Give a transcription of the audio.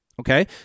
Okay